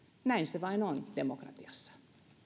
näin se vain on demokratiassa